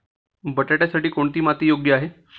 बटाट्यासाठी कोणती माती योग्य आहे?